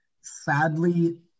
Sadly